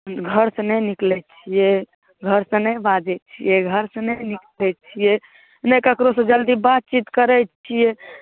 घरसँ नहि निकलैत छियै घरसँ नहि बाजैत छियै घरसँ नहि निकलैत छियै नहि ककरोसँ जल्दी बातचीत करैत छियै